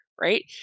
right